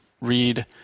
read